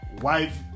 Wife